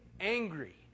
angry